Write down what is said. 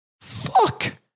Fuck